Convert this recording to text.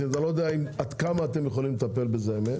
אני לא יודע עד כמה אתם יכולים לטפל בזה היום.